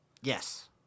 Yes